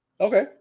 Okay